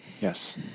Yes